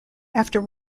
after